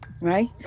right